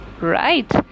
right